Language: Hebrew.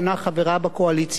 חברה בקואליציה,